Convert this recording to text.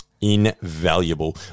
Invaluable